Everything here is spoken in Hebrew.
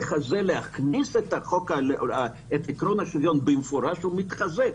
הבינלאומי להכניס את עיקרון השוויון במפורש רק מתחזק.